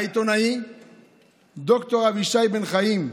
העיתונאי ד"ר אבישי בן-חיים,